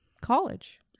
college